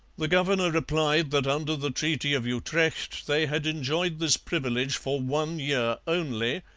the governor replied that under the treaty of utrecht they had enjoyed this privilege for one year only,